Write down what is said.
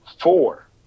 four